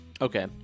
Okay